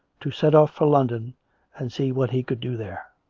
to set off for london and see what he could do there.